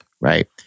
Right